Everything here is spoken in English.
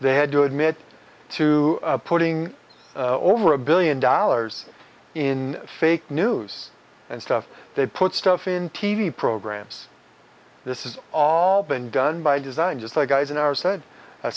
they had to admit to putting over a billion dollars in fake news and stuff they put stuff in t v programs this is all been done by design just like eisenhower said a